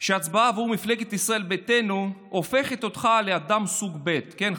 שהצבעה עבור מפלגת ישראל ביתנו הופכת אותך לאדם סוג ב' כן,